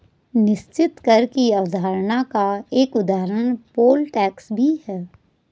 निश्चित कर की अवधारणा का एक उदाहरण पोल टैक्स भी है